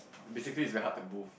basically is very hard to move